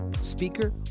speaker